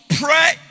pray